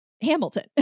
Hamilton